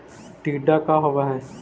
टीडा का होव हैं?